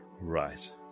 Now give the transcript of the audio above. right